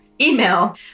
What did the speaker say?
email